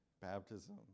baptism